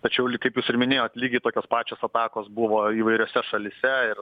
tačiau lyg kaip jūs ir minėjot lygiai tokios pačios atakos buvo įvairiose šalyse ir